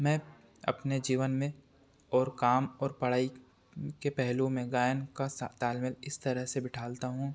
मैं अपने जीवन में और काम और पढ़ाई के पहलू में गायन का सा तालमेल इस तरह से बिठा ल ता हूँ